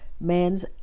Man's